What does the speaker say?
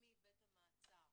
מבית המעצר